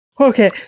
okay